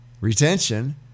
retention